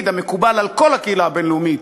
המקובל על כל הקהילה הבין-לאומית,